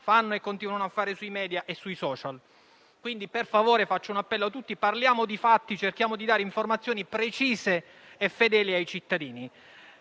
fanno e continuano a fare sui *media* e sui *social*. Rivolgo quindi un appello a tutti: parliamo di fatti e cerchiamo di dare informazioni precise e fedeli ai cittadini.